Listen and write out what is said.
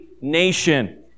nation